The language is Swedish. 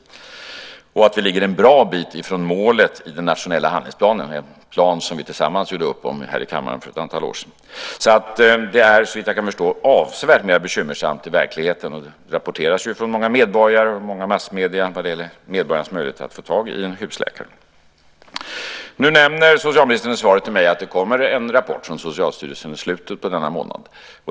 Rapporten visar också att vi ligger en bra bit från målet i den nationella handlingsplanen som vi tillsammans gjorde upp om här kammaren för ett antal år sedan. Såvitt jag kan förstå är det avsevärt mer bekymmersamt i verkligheten, och det rapporteras ju från många medborgare och många massmedier när det gäller medborgarnas möjligheter att få tag i en husläkare. Nu nämner socialministern i svaret till mig att det kommer en rapport från Socialstyrelsen i slutet på denna månad.